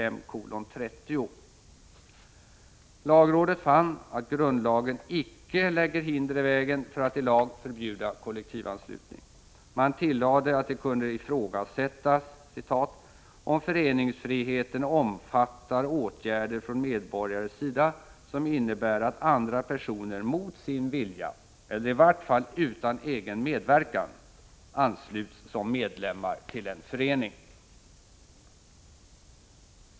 Lagrådet fann, att grundlagen icke lägger hinder i vägen för att i lag förbjuda kollektivanslutning. Man tillade, att det kunde ifrågasättas ”om föreningsfriheten omfattar åtgärder från medborgares sida som innebär att andra personer mot sin vilja eller i vart fall utan egen medverkan ansluts som medlemmar till en förening”.